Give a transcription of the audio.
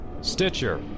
Stitcher